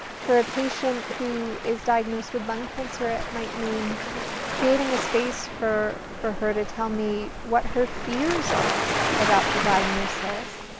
for a patient who is diagnosed with lung cancer, it might mean creating a space for for her to tell me what her fears are about the diagnosis.